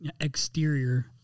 exterior